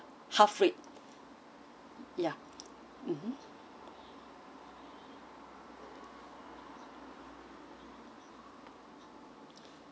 half rate ya mmhmm